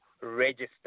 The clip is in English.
register